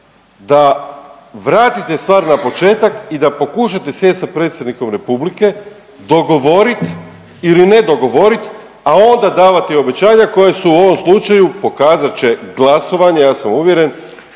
da vratite stvar na početak i da pokušate sjesti sa predsjednikom republike, dogovoriti ili ne dogovoriti, a onda davati obećanja koja su u ovom slučaju, pokazat će glasovanje, ja sam uvjeren